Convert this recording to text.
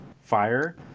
fire